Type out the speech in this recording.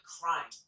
crying